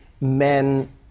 men